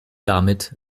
damit